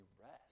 rest